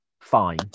Fine